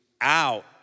out